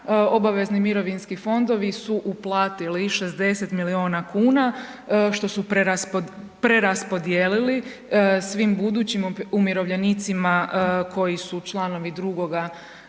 obavezni mirovinski fondovi su uplatili 60 milijuna kuna, što su preraspodijelili svim budućim umirovljenicima koji su članovi II.